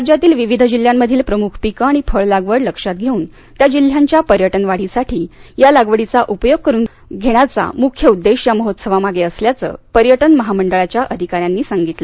राज्यातील विविध जिल्ह्यांमधील प्रमुख पिकं आणि फळ लागवड लक्षात धेऊन त्या जिल्ह्याच्या पर्यटन वाढीसाठी या लागवडीचा उपयोग करून घेण्याचा मुख्य उद्देश्य या महोत्सवामागे असल्याचं पर्यटन महामंडळाच्या अधिकाऱ्यांनी सांगितलं